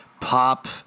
Pop –